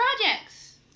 projects